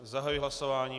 Zahajuji hlasování.